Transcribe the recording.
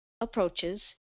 approaches